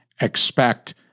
expect